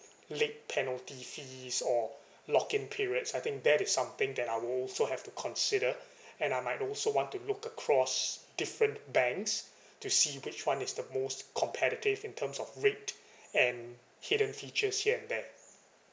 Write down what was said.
late penalty fees or lock in periods I think that is something that I will also have to consider and I might also want to look across different banks to see which one is the most competitive in terms of rate and hidden features here and there